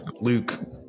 Luke